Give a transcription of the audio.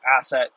asset